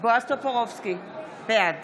בועז טופורובסקי, בעד